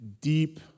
deep